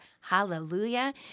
hallelujah